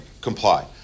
comply